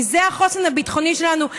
מזה החוסן הביטחוני שלנו?